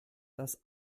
das